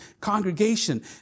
congregation